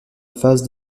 phase